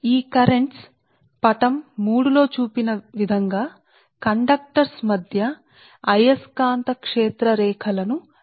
కాబట్టి ఈ ప్రవాహాలు అయస్కాంత క్షేత్ర రేఖ లను ఏర్పాటు చేస్తాయి ఇవి పటం 3 లో చూపిన విధంగా కండక్టర్ల మధ్య అయస్కాంత క్షేత్ర రేఖలను చూపుతాయి